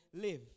live